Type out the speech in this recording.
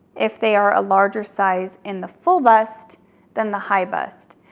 if they are a larger size in the full bust than the high bust.